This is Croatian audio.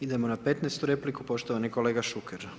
Idemo na petnaestu repliku, poštovani kolega Šuker.